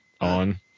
on